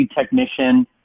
technician